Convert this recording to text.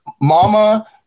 mama